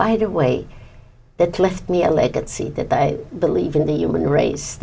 by the way that left me a legacy that they believe in the human race